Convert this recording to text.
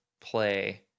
play